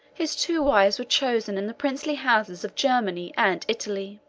his two wives were chosen in the princely houses of germany and italy.